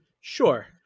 sure